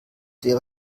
wäre